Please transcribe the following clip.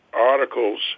articles